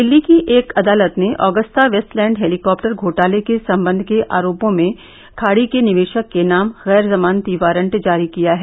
दिल्ली की एक अदालत ने आँगस्ता वैस्टलैंड हेलीकॉप्टर घोटाले के संबंध के आरोपों में खाडी के निवेशक के नाम गैर जमानती वारंट जारी किया है